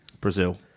Brazil